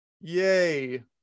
Yay